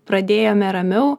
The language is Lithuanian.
pradėjome ramiau